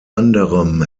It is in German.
anderem